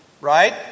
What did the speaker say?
right